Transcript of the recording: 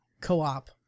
co-op